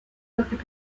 therefore